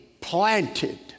planted